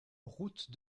route